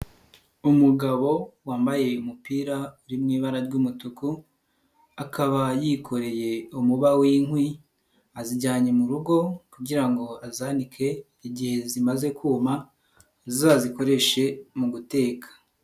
Umugabo wambaye umupira uri mu ibara ry'umutuku, akaba yikoreye umuba w'inkwi azijyanye mu rugo kugira ngo azike igihe zimaze kuma azazikoreshe mu guteka.